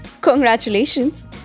congratulations